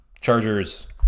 Chargers